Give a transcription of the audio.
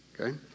okay